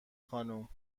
خانم